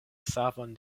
savon